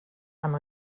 amb